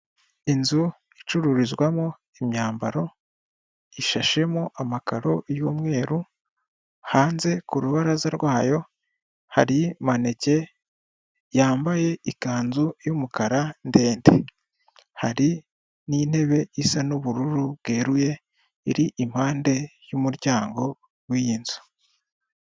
Inzu icururizwamo imyambaro ishashemo amakaro y'umweru, hanze ku rubaraza rwayo hari maneke yambaye ikanzu y'umukara ndende, hari n'intebe isa n'ubururu bweruye iri impande y'umuryango w'iyi nzu.